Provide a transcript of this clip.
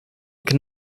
can